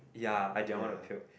ya I did want to puke